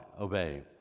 obey